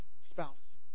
spouse